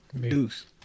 Deuce